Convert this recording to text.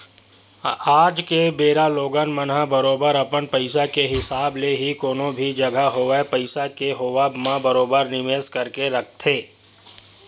आज के बेरा लोगन मन ह बरोबर अपन पइसा के हिसाब ले ही कोनो भी जघा होवय पइसा के होवब म बरोबर निवेस करके रखथे